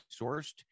sourced